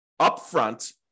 upfront